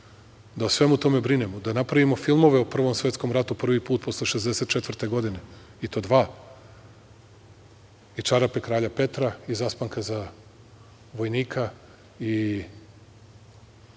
da o svemu tome brinemo, da napravimo filmove o Prvom svetskom ratu, prvi put posle 1964. godine, i to dva – i „Čarape kralja Petra“ i „Zaspanka za vojnika“ i